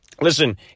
Listen